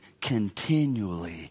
continually